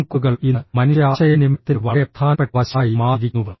phone കോളുകൾ ഇന്ന് മനുഷ്യ ആശയവിനിമയത്തിന്റെ വളരെ പ്രധാനപ്പെട്ട വശമായി മാറിയിരിക്കുന്നു